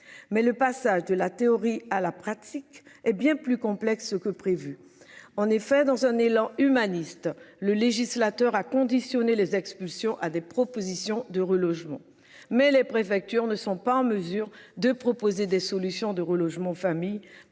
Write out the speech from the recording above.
mais le passage de la théorie à la pratique est bien plus complexe que prévu. En effet, dans un élan humaniste, le législateur a conditionné les expulsions à des propositions de relogement mais les préfectures ne sont pas en mesure de proposer des solutions de relogement famille